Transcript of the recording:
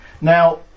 Now